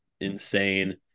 insane